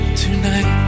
tonight